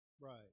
Right